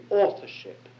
authorship